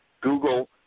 Google